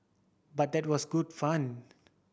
but that was good fun